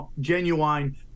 genuine